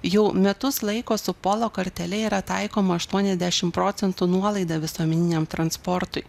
jau metus laiko su pola kortele yra taikoma aštuoniasdešim procentų nuolaida visuomeniniam transportui